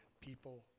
people